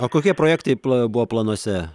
o kokie projektai planai buvo planuose